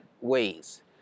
ways